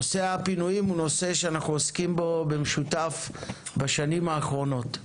נושא הפינויים הוא נושא שאנחנו עוסקים בו במשותף בשנים האחרונות,